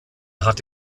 hat